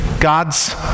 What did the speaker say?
God's